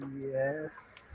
yes